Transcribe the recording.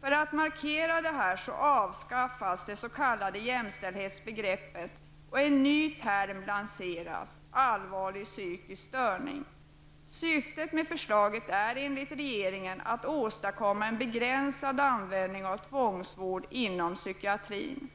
För att markera detta avskaffas det s.k. jämställdhetsbegreppet och en ny term lanseras: ''allvarlig psykisk störning''. Syftet med förslaget är enligt regeringen att åstadkomma en begränsad användning av tvångsvård inom psykiatrin.